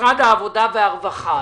משרד העבודה והרווחה,